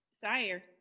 Sire